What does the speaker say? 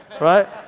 right